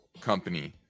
company